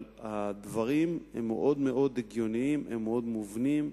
הדברים הם מאוד הגיוניים, מאוד מובנים,